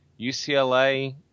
UCLA